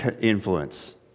influence